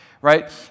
right